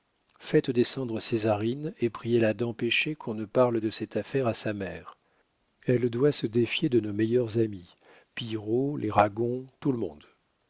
faites descendre césarine et priez-la d'empêcher qu'on ne parle de cette affaire à sa mère elle doit se défier de nos meilleurs amis pillerault les ragon tout le monde